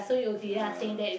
ya